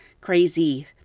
crazy